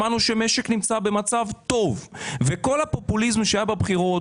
שמענו שהמשק נמצא במצב טוב וכל הפופוליזם שהיה בבחירות